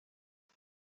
jag